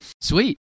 sweet